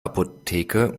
apotheke